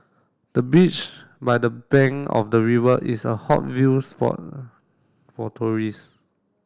the beach by the bank of the river is a hot view spot for tourists